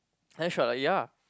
then she was like ya